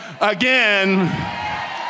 again